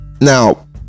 Now